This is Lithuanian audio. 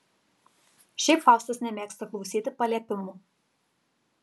šiaip faustas nemėgsta klausyti paliepimų